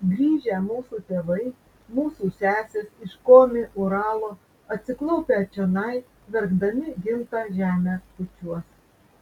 grįžę mūsų tėvai mūsų sesės iš komi uralo atsiklaupę čionai verkdami gimtą žemę bučiuos